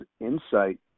insight